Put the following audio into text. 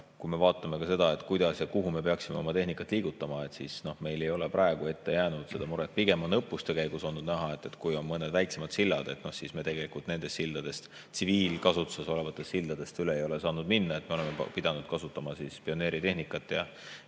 Kui me vaatame seda, kuidas ja kuhu me peaksime oma tehnikat liigutama, siis meil ei ole praegu ette jäänud seda muret. Pigem on õppuste käigus olnud näha, et kui on mõned väiksemad sillad, siis me nendest sildadest, tsiviilkasutuses olevatest sildadest üle ei ole saanud minna, vaid oleme pidanud kasutama pioneeritehnikat ja